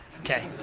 Okay